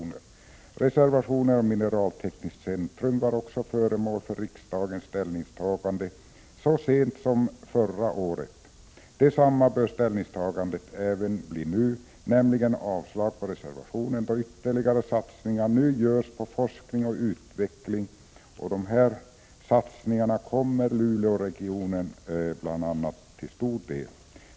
— 27 maj 1987 Reservationen om ett mineraltekniskt centrum var också föremål för riksdagens ställningstagande så sent som förra året. Detsamma bör ställningstagandet bli även nu, nämligen avslag på reservationen, då ytterligare satsningar nu görs på forskning och utveckling och dessa kommer bl.a. Luleåregionen till del.